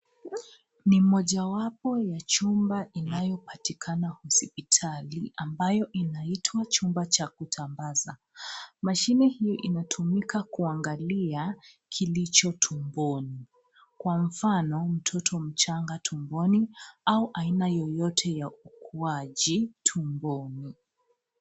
Ni mojawapo ya chumba inayopatikana hospitali ambayo inaitwa chumba cha kutangaza. Mashine hii inatumika kuangalia kilicho tumboni kwa mfano mtoto mchanga tumboni au aina yoyote ya ukuaji tumboni.